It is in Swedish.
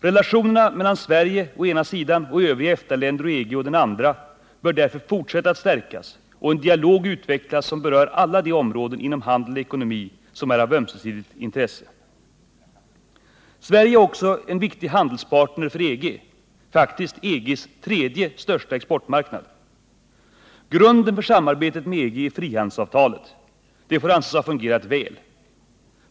Relationerna mellan Sverige å ena sidan och övriga EFTA-länder och EG å den andra bör därför fortsätta att stärkas och en dialog utvecklas som berör alla de områden inom handel och ekonomi som är av ömsesidigt intresse. Sverige är också en viktig handelspartner för EG, faktiskt EG:s tredje största exportmarknad. Grunden för samarbetet med EG är frihandelsavtalet. Det får anses ha fungerat väl.